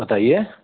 बताइए